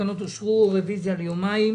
התקנות אושרו, יש רוויזיה שלי ליומיים.